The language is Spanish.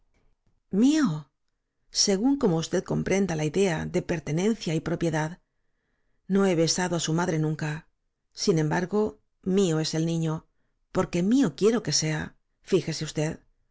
mío según como usted compréndala idea de pertenencia y propiedad n o he besado á su madre nunca sin embargo mío es et niño porque mío quiero que sea fíjese usted